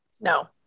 No